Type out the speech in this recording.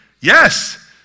Yes